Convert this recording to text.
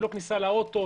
לא כניסה לאוטו.